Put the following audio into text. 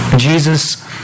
Jesus